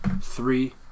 three